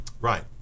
Right